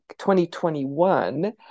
2021